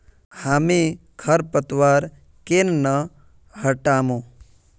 हामी खरपतवार केन न हटामु